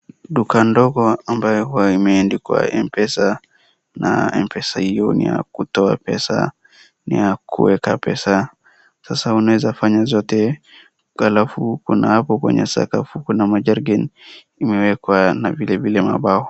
Duka ndogo ambayo huwa imeandikwa Mpesa na Mpesa hiyo ni ya kutoa pesa na ya kueka pesa. Sasa unaeza fanya zote alafu kuna hapo kwenye sakafu kuna majerican imewekwa na vilevile mambao.